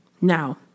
Now